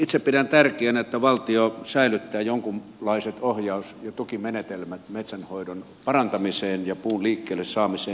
itse pidän tärkeänä että valtio säilyttää jonkunlaiset ohjaus ja tukimenetelmät metsänhoidon parantamiseen ja puun liikkeelle saamiseen